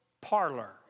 parlor